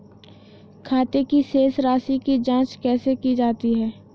खाते की शेष राशी की जांच कैसे की जाती है?